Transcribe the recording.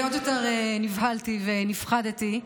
ועוד יותר נבהלתי ונפחדתי,